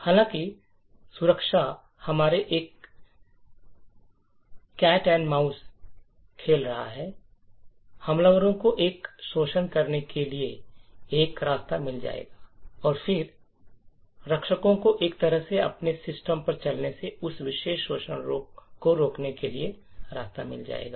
हालांकि सुरक्षा हमेशा एक चूहा और बिल्ली का खेल है और हमलावरों को एक शोषण बनाने के लिए एक रास्ता मिल जाएगा और फिर रक्षकों को एक तरह से अपने सिस्टम पर चलने से उस विशेष शोषण को रोकने के लिए रास्ता मिल जाएगा